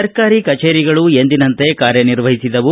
ಸರ್ಕಾರಿ ಕಚೇರಿಗಳು ಎಂದಿನಂತೆ ಕಾರ್ಯ ನಿರ್ವಹಿಸಿದವು